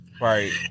right